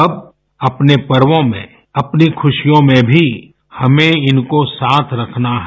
अब अपने पर्वो में अपनी खुशियों में भी हमें इनको साथ रखना है